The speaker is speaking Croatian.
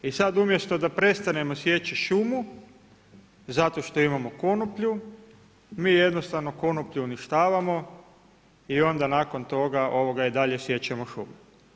I sad umjesto da prestanemo sjeći šumu zato što imamo konoplju, mi jednostavno konoplju uništavamo i onda nakon toga i dalje siječemo šumu.